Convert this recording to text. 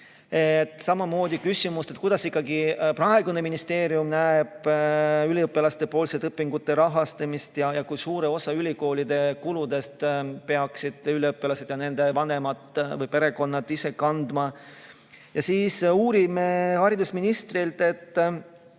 Samamoodi on küsimus, kuidas ikkagi praegune ministeerium näeb üliõpilastepoolset õpingute rahastamist ja kui suure osa ülikoolide kuludest peaksid üliõpilased ja nende vanemad või perekonnad ise kandma. Uurime haridusministrilt,